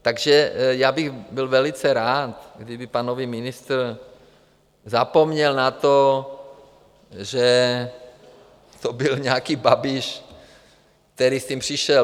Takže já bych byl velice rád, kdyby pan nový ministr zapomněl na to, že to byl nějaký Babiš, který s tím přišel.